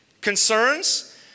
concerns